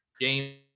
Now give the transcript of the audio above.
James